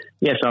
yes